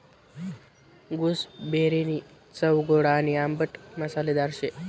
गूसबेरीनी चव गोड आणि आंबट मसालेदार शे